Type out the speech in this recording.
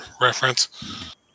reference